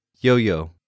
yo-yo